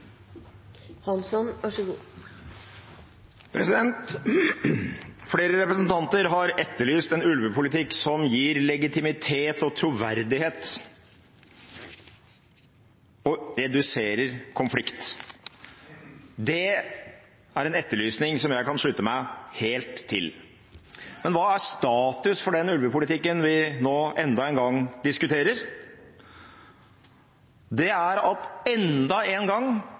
troverdighet og reduserer konflikt. Det er en etterlysning som jeg kan slutte meg helt til. Men hva er status for den ulvepolitikken vi nå enda en gang diskuterer? Det er at enda en gang